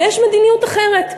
ויש מדיניות אחרת,